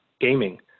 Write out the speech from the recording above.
gaming